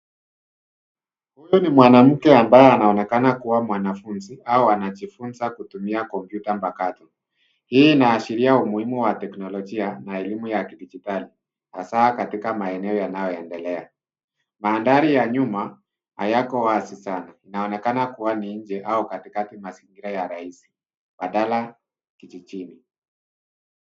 Huyu ni mwanamke ambaye anaonekana kuwa mwanafunzi au anajifunza kutumia kompyuta mpakato. Hii inaashiria umuhimu wa teknolojia na elimu ya kidijitali hasa katika maeneo yanayoendelea. Mandhari ya nyuma hayako wazi sana. Inaonekana kuwa ni nje au katikati mazingira ya rahisi badala kijijini.